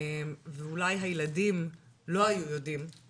ואולי הילדים לא היו יודעים.